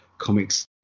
comics